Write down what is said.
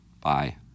bye